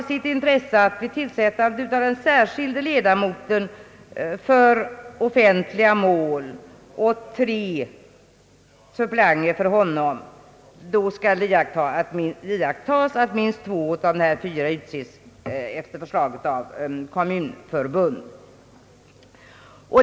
Vid tillsättande av den särskilda ledamoten för offentliga mål och tre suppleanter för honom skall iakttas att minst två av dessa fyra utses efter förslag av kommunförbund.